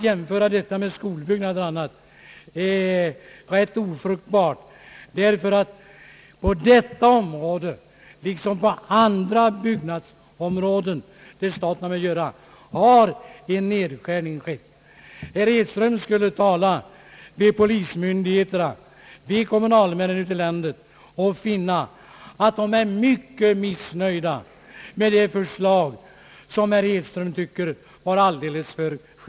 Jag yrkar, herr talman, bifall till utskottets förslag.